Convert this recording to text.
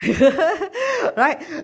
right